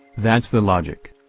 that's the logic.